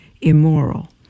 immoral